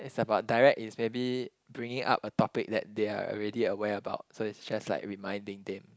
it's about direct it's maybe bringing up a topic that they're already aware about so it's just like reminding them